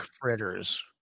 fritters